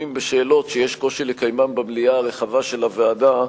בשאלות שיש קושי לקיימן במליאה הרחבה של הוועדה,